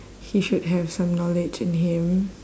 he should have some knowledge in him